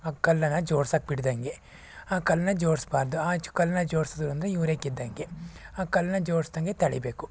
ಆ ಕಲ್ಲನ್ನು ಜೋಡ್ಸಕ್ಬಿಡದಂಗೆ ಆ ಕಲ್ಲನ್ನ ಜೋಡಿಸ್ಬಾರ್ದು ಆ ಜೋ ಕಲ್ಲನ್ನ ಜೋಡಿಸಿದ್ರೂ ಅಂದರೆ ಇವರೇ ಗೆದ್ದಂಗೆ ಆ ಕಲ್ಲನ್ನ ಜೋಡಿಸ್ದಂಗೆ ತಡೀಬೇಕು